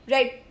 Right